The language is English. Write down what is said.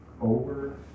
over